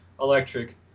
Electric